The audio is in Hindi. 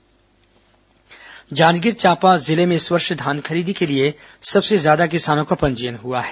जांजगीर धान जांजगीर चांपा जिले में इस वर्ष धान खरीदी के लिए सबसे ज्यादा किसानों का पंजीयन हुआ है